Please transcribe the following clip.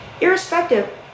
Irrespective